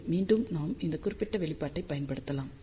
சரி மீண்டும் நாம் இந்த குறிப்பிட்ட வெளிப்பாட்டைப் பயன்படுத்தலாம்